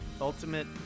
Ultimate